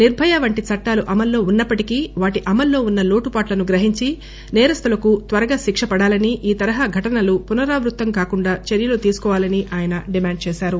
నిర్భయ వంటి చట్టాలు అమల్లో ఉన్నప్పటికీ వాటి అమల్లో ఉన్న లోటుపాట్లను గ్రహించి సేరస్తులకు త్వరగా శిక్ష పడాలని ఈ తరహా ఘటనలు పునరావృతం కాకుండా చర్యలు తీసుకోవాలని ఆయన డిమాండ్ చేశారు